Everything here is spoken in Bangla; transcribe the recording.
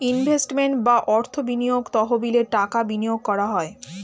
ইনভেস্টমেন্ট বা অর্থ বিনিয়োগ তহবিলে টাকা বিনিয়োগ করা হয়